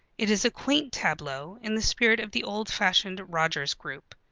it is a quaint tableau, in the spirit of the old-fashioned rogers group.